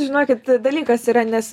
žinokit dalykas yra nes